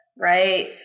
right